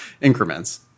increments